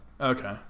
Okay